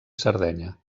sardenya